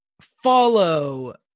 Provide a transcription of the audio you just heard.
follow